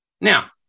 Now